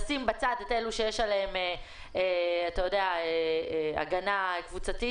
נשים בצד את אלה שיש עליהם הגנה קבוצתית